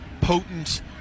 potent